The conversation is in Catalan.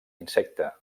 insecte